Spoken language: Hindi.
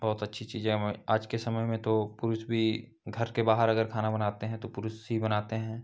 बहुत अच्छी चीज़ों में आज के समय में तो पुरुष भी घर के बाहर अगर खाना बनाते हैं तो पुरुष ही बनाते हैं